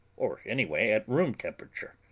or anyway at room temperature.